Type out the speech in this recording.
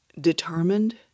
determined